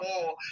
more